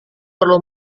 perlu